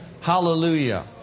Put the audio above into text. Hallelujah